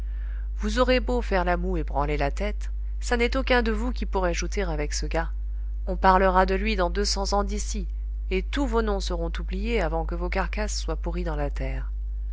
vous aurez beau faire la moue et branler la tête ça n'est aucun de vous qui pourrait jouter avec ce gars on parlera de lui dans deux cents ans d'ici et tous vos noms seront oubliés avant que vos carcasses soient pourries dans la terre